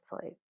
sleep